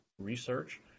research